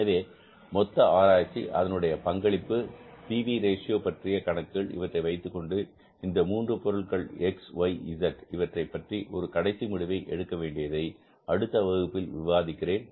எனவே மொத்த ஆராய்ச்சி அதனுடைய பங்களிப்பு பி வி ரேஷியோ பற்றிய கணக்குகள் இவற்றை வைத்துக்கொண்டு இந்த மூன்று பொருட்கள் X Y Z இவற்றைப் பற்றி ஒரு கடைசி முடிவை எடுக்க வேண்டியதை அடுத்த வகுப்பில் விவாதிக்கிறேன்